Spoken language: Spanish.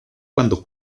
cuando